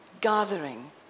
gathering